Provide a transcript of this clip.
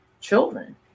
children